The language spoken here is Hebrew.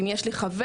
אם יש לי חבר,